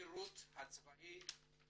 השירות הצבאי,